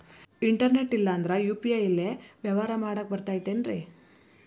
Internet ಇಲ್ಲಂದ್ರ UPI ಲೇ ವ್ಯವಹಾರ ಮಾಡಾಕ ಬರತೈತೇನ್ರೇ?